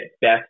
best